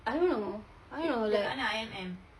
I don't know I don't know like